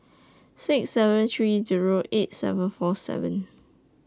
six seven three Zero eight seven four seven